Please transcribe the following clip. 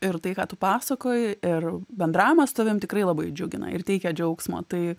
ir tai ką tu pasakoji ir bendravimas su tavim tikrai labai džiugina ir teikia džiaugsmo tai